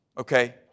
Okay